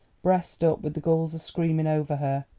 breast up, with the gulls a-screaming over her.